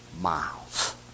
miles